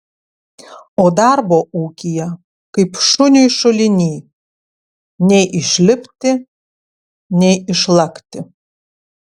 o darbo ūkyje kaip šuniui šuliny nei išlipti nei išlakti